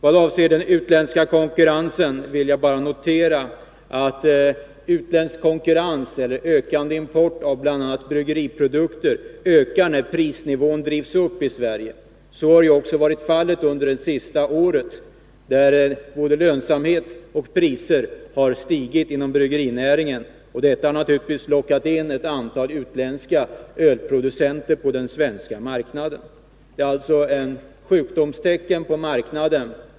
Vad avser den utländska konkurrensen vill jag bara notera att utländsk konkurrens, eller ökande import av bl.a. bryggeriprodukter, ökar när prisnivån drivs upp i Sverige. Så har också varit fallet under det senaste året, då både lönsamhet och priser har stigit inom bryggerinäringen. Detta har naturligtvis lockat in ett antal utländska ölproducenter på den svenska marknaden. Det är alltså ett sjukdomstecken på marknaden.